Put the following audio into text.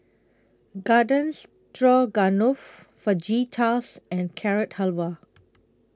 Garden Stroganoff Fajitas and Carrot Halwa